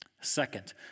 Second